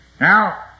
Now